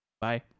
Bye